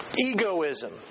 egoism